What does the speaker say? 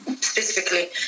specifically